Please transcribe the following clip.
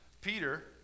Peter